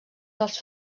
dels